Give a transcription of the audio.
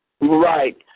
Right